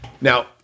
Now